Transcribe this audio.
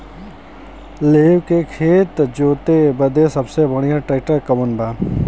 लेव के खेत जोते बदे सबसे बढ़ियां ट्रैक्टर कवन बा?